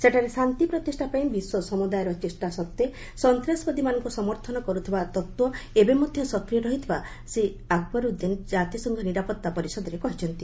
ସେଠାରେ ଶାନ୍ତି ପ୍ରତିଷ୍ଠା ପାଇଁ ବିଶ୍ୱ ସମୁଦାୟର ଚେଷ୍ଟା ସଜ୍ଜେ ସନ୍ତାସବାଦୀଙ୍କୁ ସମର୍ଥନ କର୍ଥିବା ତର୍ତ୍ୱ ଏବେ ମଧ୍ୟ ସକ୍ରିୟ ରହିଥିବା ଶ୍ରୀ ଆକବରୁଦ୍ଦିନ ଜାତିସଂଘ ନିରାପତ୍ତା ପରିଷଦରେ କହିଛନ୍ତି